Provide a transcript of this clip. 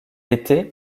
était